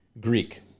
Greek